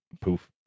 Poof